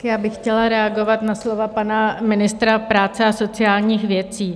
Já bych chtěla reagovat na slova pana ministra práce a sociálních věcí.